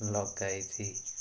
ଲଗାଇଛିି